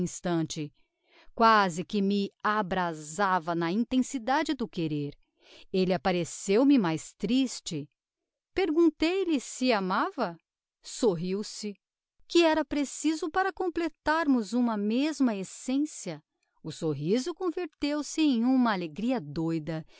instante quasi que me abrasava na intensidade do querer elle appareceu me mais triste perguntei-lhe se amava sorriu-se que era preciso para completarmos uma mesma essencia o sorriso converteu-se em uma alegria doida